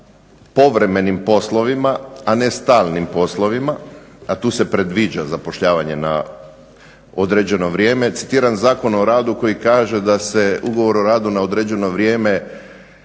povremenim poslovima, a ne stalnim poslovima, a tu se predviđa zapošljavanje na određeno vrijeme. Citiram Zakon o radu koji kaže da se ugovor o radu na određeno vrijeme